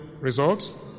results